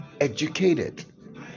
educated